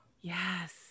Yes